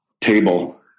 table